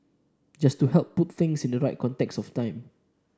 just to help put things in the right context of time